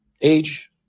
age –